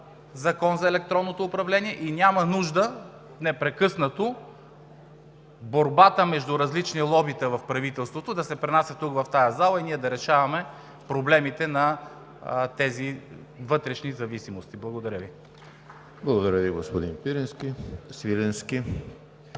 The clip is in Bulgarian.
Закон за електронното управление и няма нужда непрекъснато борбата между различни лобита в правителството да се пренасят тук, в тази зала, и ние да решаваме проблемите на тези вътрешни зависимости. Благодаря Ви. (Ръкопляскания